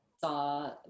saw